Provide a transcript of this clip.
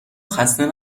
خسته